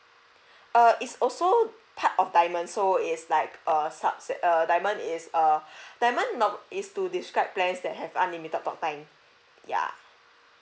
uh it's also part of diamond so it's like a subset err diamond it's err diamond is to describe plans that have unlimited talk time ya